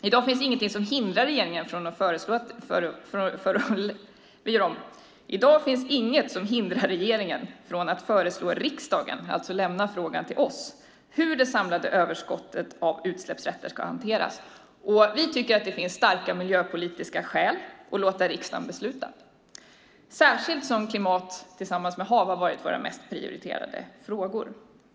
I dag finns det inget som hindrar regeringen från att föreslå riksdagen, alltså att lämna frågan till oss, att besluta hur det samlade överskottet av utsläppsrätter ska hanteras. Vi tycker att det finns starka miljöpolitiska skäl att låta riksdagen besluta, särskilt som klimat tillsammans med hav har hört till våra mest prioriterade frågor.